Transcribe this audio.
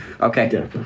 Okay